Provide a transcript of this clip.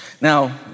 Now